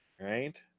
Right